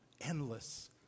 Endless